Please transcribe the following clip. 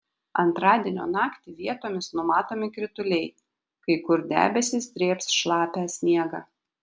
antradienio naktį vietomis numatomi krituliai kai kur debesys drėbs šlapią sniegą